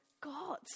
God